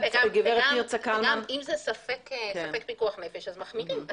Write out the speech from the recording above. וגם אם זה ספק פיקוח נפש אז מחמירים.